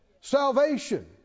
salvation